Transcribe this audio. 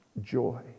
joy